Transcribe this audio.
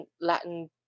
latin